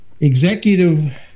executive